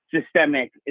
systemic